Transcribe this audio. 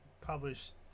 published